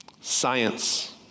science